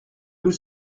nous